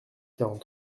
quarante